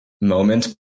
moment